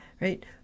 right